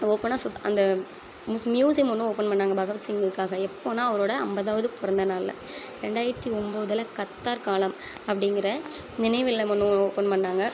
ஓப்பனா சொ அந்த மியூசியம் ஒன்றும் ஓப்பன் பண்ணாங்கள் பகவத்சிங்குக்காக எப்பன்னா அவரோட ஐம்பதாவது பிறந்த நாள்ல ரெண்டாயிரத்தி ஒம்பதுல கத்தார்காலம் அப்படிங்கிற நினைவில்லம் ஒன்று ஓப்பன் பண்ணாங்கள்